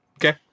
Okay